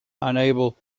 unable